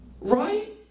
Right